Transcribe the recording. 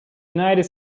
united